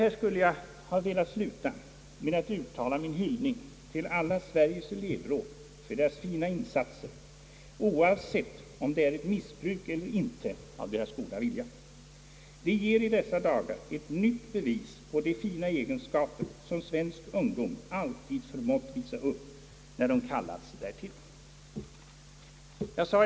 Här skulle jag ha velat sluta mitt anförande med att uttala min hyllning till Sveriges alla elevråd för deras fina insatser, oavsett om det är ett missbruk eller inte av deras goda vilja. De ger i dessa dagar ett nytt bevis på de fina egenskaper som svensk ungdom alltid förmått visa upp när den kallats därtill.